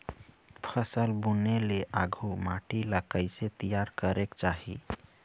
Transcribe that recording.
फसल बुने ले आघु माटी ला कइसे तियार करेक चाही?